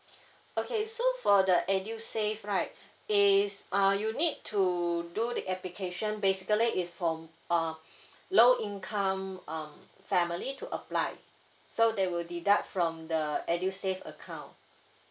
okay so for the edusave right it's uh you need to do the application basically it's from um low income um family to apply so they will deduct from the edusave account